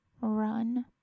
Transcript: run